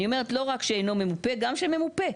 אני אומרת, לא רק שאינו ממופה, גם שממופה.